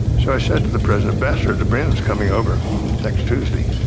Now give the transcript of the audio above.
so i said to the president, ambassador dobrynin is coming over next tuesday,